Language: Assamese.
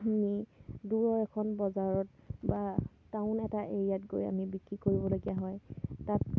নি দূৰৰ এখন বজাৰত বা টাউন এটা এৰিয়াত গৈ আমি বিক্ৰী কৰিবলগীয়া হয় তাত